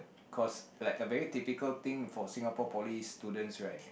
cause like a very typical thing for Singapore Poly students right